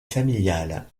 familiale